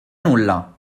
nulla